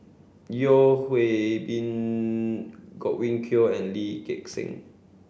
Yeo Hwee Bin Godwin Koay and Lee Gek Seng